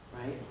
right